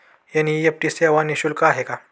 NEFT सेवा निःशुल्क आहे का?